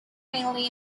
mainly